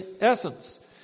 essence